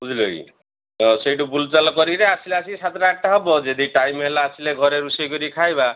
ବୁଝିଲ କି ତ ସେଇଠୁ ବୁଲଚାଲ କରିକିରି ଆସିଲେ ଆସିକି ସାତଟା ଆଠଟା ହେବ ଯଦି ଟାଇମ ହେବ ଘରେ ଆସିଲେ ରୋଷେଇ କରିକି ଖାଇବା